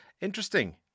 interesting